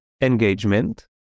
engagement